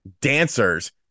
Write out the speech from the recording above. dancers